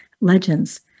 legends